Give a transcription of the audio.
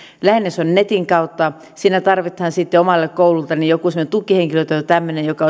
lähinnä se on netin kautta siinä tarvitaan sitten omalta koululta joku semmoinen tukihenkilö tai tämmöinen joka